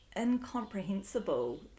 incomprehensible